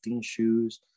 shoes